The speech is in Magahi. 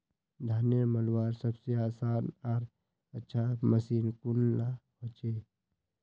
धानेर मलवार सबसे आसान आर अच्छा मशीन कुन डा होचए?